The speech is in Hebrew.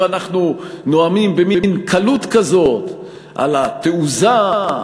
אנחנו נואמים במין קלות כזאת על התעוזה,